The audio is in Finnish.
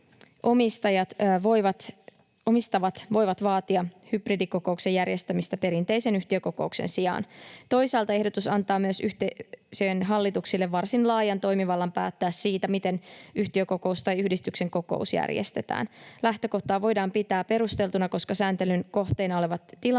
omistavat voivat vaatia hybridikokouksen järjestämistä perinteisen yhtiökokouksen sijaan. Toisaalta ehdotus antaa myös yhteisöjen hallituksille varsin laajan toimivallan päättää siitä, miten yhtiökokous tai yhdistyksen kokous järjestetään. Lähtökohtaa voidaan pitää perusteltuna, koska sääntelyn kohteena olevat tilanteet